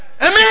Amen